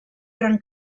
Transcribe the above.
gran